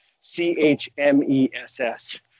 C-H-M-E-S-S